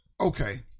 okay